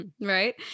Right